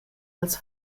els